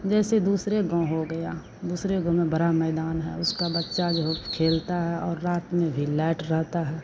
जैसे दूसरे गाँव हो गया दूसरे गाँव में बड़ा मैदान है उसका बच्चा जो है खेलता है और रात में भी लाएट रहता है